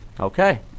Okay